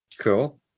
Cool